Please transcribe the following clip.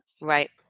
Right